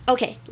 Okay